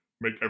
make